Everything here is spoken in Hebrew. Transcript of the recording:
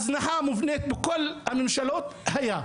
הזנחה מובנית בכל הממשלות היה,